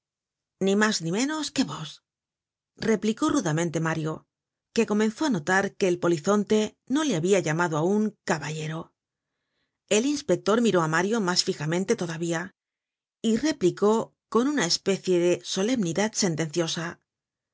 ni mas ni menos que vos replicó rudamente mario que comenzó á notar que el polizonte no le habia llamado aun caballero el inspector miró á mario mas fijamente todavía y replicó con una especie de solemnidad sentenciosa